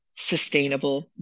sustainable